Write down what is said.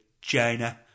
China